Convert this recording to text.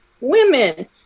women